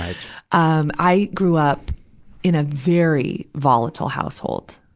i um i grew up in a very volatile household.